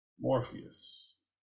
Morpheus